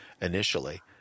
initially